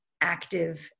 active